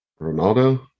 Ronaldo